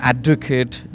Advocate